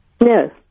No